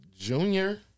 junior